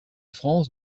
france